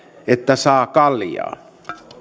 että saa kaljaa